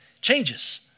changes